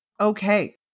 Okay